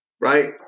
Right